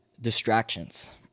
Distractions